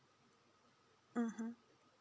mmhmm